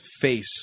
face